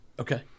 Okay